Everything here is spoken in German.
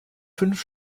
fünf